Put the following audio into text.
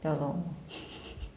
ya lor